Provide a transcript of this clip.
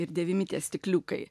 ir dėvimi tie stikliukai